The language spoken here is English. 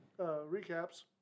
recaps